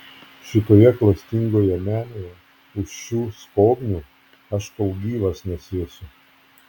šitoje klastingoje menėje už šių skobnių aš kol gyvas nesėsiu